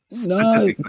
No